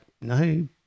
no